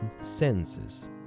senses